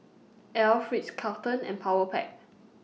Alf Ritz Carlton and Powerpac